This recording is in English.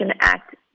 Act